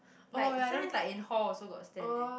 like sometimes like in hall got stand eh